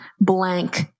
blank